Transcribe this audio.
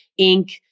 Inc